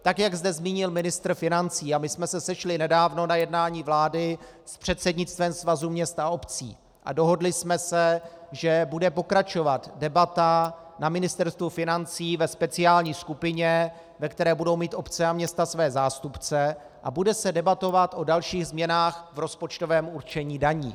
Tak jak zde zmínil ministr financí, a my jsme se sešli nedávno na jednání vlády s předsednictvem Svazu měst a obcí a dohodli jsme se, že bude pokračovat debata na Ministerstvu financí ve speciální skupině, ve které budou mít obce a města své zástupce a bude se debatovat o dalších změnách v rozpočtovém určení daní.